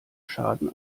schaden